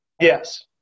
Yes